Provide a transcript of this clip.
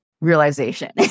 realization